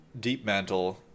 Deepmantle